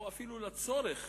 או אפילו לצורך